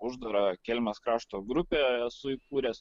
uždarą kelmės krašto grupę esu įkūręs